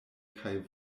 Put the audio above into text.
kaj